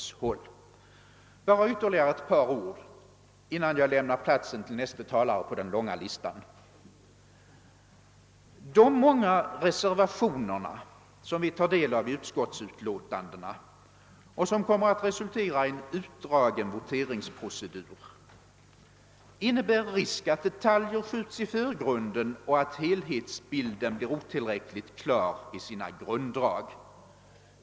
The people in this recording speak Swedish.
Jag har emellertid ytterligare några ord att säga innan jag lämnar denna plats till nästa talare på den långa talarlistan. De många reservationerna som vi tar del av i utskottsutlåtandena och som kommer att resultera i en utdragen voteringsprocedur innebär risk att detaljerna skjuts i förgrunden och att helhetsbilden blir otillräckligt klar i sina grunddrag.